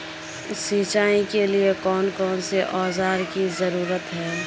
सिंचाई के लिए कौन कौन से औजार की जरूरत है?